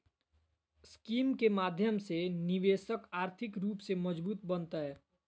scheme के माध्यम से निवेशक आर्थिक रूप से मजबूत बनतय